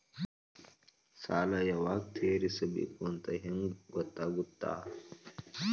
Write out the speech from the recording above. ಸಾಲ ಯಾವಾಗ ತೇರಿಸಬೇಕು ಅಂತ ಹೆಂಗ್ ಗೊತ್ತಾಗುತ್ತಾ?